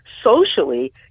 socially